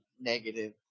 negative